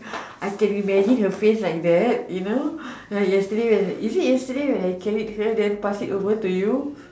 I can imagine her face like that you know like yesterday is it yesterday when I carry her then pass it over to you